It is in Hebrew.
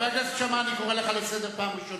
אני קורא אותך לסדר פעם ראשונה.